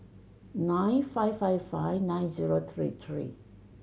nine five five five nine zero three three